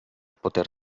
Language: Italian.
poter